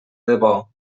debò